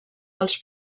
als